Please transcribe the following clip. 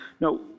No